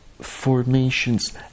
formations